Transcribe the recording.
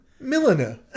milliner